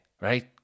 right